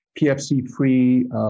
PFC-free